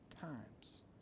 times